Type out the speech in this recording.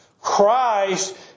Christ